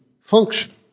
function